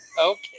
Okay